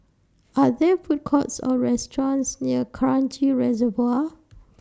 Are There Food Courts Or restaurants near Kranji Reservoir